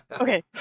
okay